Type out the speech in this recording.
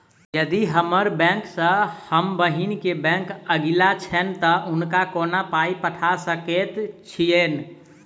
यदि हम्मर बैंक सँ हम बहिन केँ बैंक अगिला छैन तऽ हुनका कोना पाई पठा सकैत छीयैन?